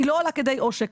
היא לא עולה כדי עושק,